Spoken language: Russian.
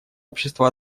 общества